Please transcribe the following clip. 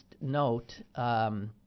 note –